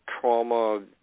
trauma